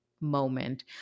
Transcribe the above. moment